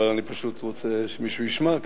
אבל אני פשוט רוצה שמישהו ישמע,